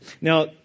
Now